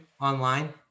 online